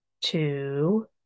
Two